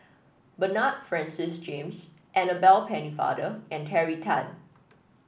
Bernard Francis James Annabel Pennefather and Terry Tan